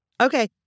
Okay